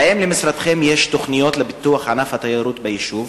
האם למשרדכם יש תוכניות לפיתוח ענף התיירות ביישוב?